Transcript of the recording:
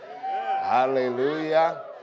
Hallelujah